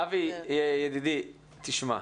אבי, ידידי, תשמע.